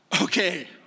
okay